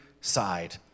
side